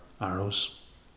arrows